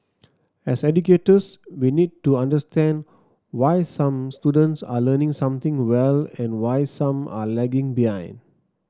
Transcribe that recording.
as educators we need to understand why some students are learning something well and why some are lagging behind